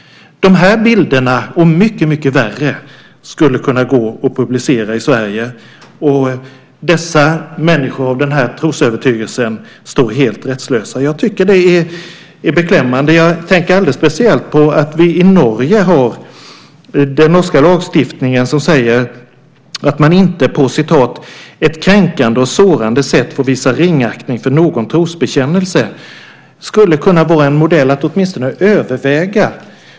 De här bilderna, och mycket, mycket värre, skulle kunna gå att publicera i Sverige, och människorna med den trosövertygelsen skulle stå helt rättslösa. Jag tycker att det är beklämmande. Jag tänker alldeles speciellt på att man i Norge har en annan lagstiftning. Den norska lagstiftningen säger att man inte på ett kränkande och sårande sätt får visa ringaktning för någon trosbekännelse. Det skulle kunna vara en modell att åtminstone överväga.